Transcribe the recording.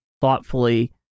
thoughtfully